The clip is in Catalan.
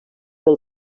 del